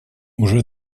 уже